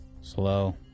Slow